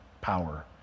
power